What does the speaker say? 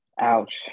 Ouch